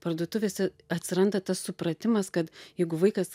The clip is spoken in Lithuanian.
parduotuvėse atsiranda tas supratimas kad jeigu vaikas